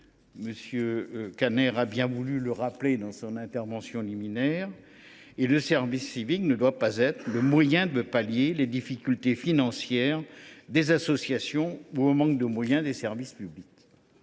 l’a rappelé M. Kanner dans son intervention liminaire. Le service civique ne doit pas être le moyen de remédier aux difficultés financières des associations ou au manque de moyens dans les services publics.